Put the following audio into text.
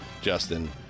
Justin